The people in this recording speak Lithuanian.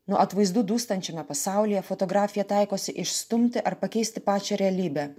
nuo atvaizdų dūstančiame pasaulyje fotografija taikosi išstumti ar pakeisti pačią realybę